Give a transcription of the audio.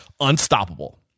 unstoppable